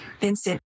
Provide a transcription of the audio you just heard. Vincent